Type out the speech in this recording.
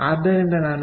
ಆದ್ದರಿಂದ ನಾನು 0